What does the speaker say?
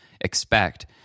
expect